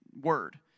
word